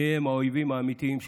מיהם האויבים האמיתיים שלנו.